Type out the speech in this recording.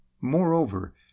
Moreover